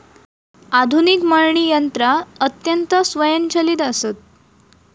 आधुनिक मळणी यंत्रा अत्यंत स्वयंचलित आसत